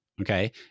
Okay